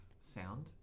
sound